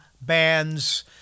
band's